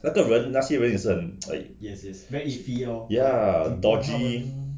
那个人那些人也是很 ya dodgy